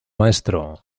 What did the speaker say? maestro